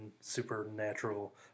supernatural